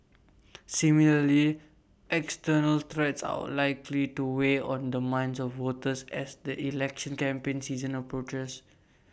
similarly external threats are all likely to weigh on the minds of voters as the election campaign season approaches